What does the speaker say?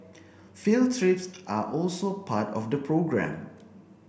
field trips are also part of the programme